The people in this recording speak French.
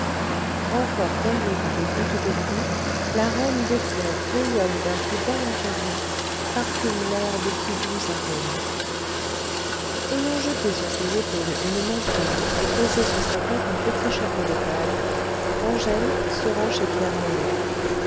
encore perlée par les gouttes de pluie la reine des fleurs rayonne d'un plus bel incarnat parfume l'air de plus doux arômes ayant jeté sur ses épaules une mantille et posé sur sa tête un petit chapeau de paille angèle se rend chez pierre morlaix